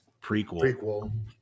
Prequel